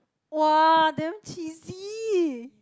!woah! damn cheesy